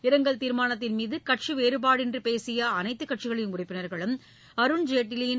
இரங்கல் தீர்மானத்தின் மீது கட்சி வேறுபாடின்றி பேசிய அனைத்து கட்சிகளின் உறுப்பினர்களும் அருண்ஜேட்லியின்